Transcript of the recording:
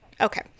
okay